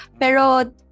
Pero